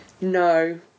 No